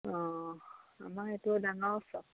অ আমাৰ এইটো ডাঙৰ উৎসৱ